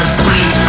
sweet